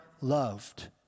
loved